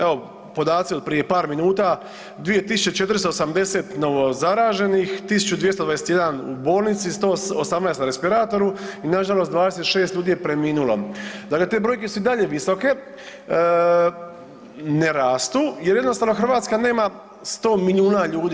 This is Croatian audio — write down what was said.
Evo podaci od prije par minuta 2480 novo zaraženih, 1221 u bolnici, 118 na respiratoru i nažalost 26 ljudi je preminulo, dakle te brojke su i dalje visoke, ne rastu jer jednostavno Hrvatska nema 100 milijuna ljudi.